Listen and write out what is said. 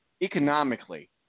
economically